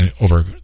over